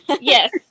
yes